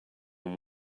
and